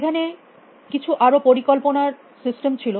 এখানে কিছু আরো পরিকল্পনার সিস্টেম ছিল